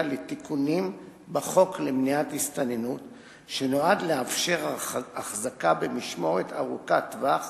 לתיקונים בחוק למניעת הסתננות שנועד לאפשר החזקה במשמורת ארוכת טווח